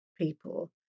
people